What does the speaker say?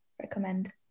recommend